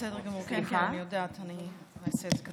תודה רבה לך, אדוני היושב-ראש.